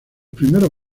primeros